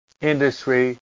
industry